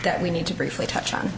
that we need to briefly touch on